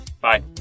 Bye